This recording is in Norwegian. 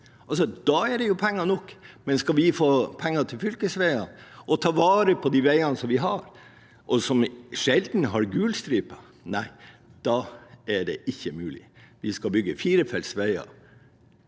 Da er det penger nok. Men trenger vi penger til fylkesveier og til å ta vare på de veiene vi har, og som sjelden har gulstripe, da er det ikke mulig. Vi skal bygge firefelts veier,